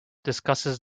discusses